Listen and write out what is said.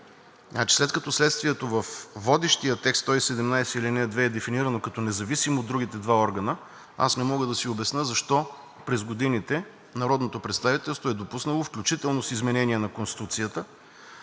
След като следствието във водещия текст чл. 117, ал. 2 е дефинирано като независимо от другите два органа, не мога да си обясня защо през годините народното представителство е допуснало, включително с изменение на Конституцията,